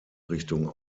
richtung